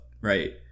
Right